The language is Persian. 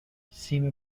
سیم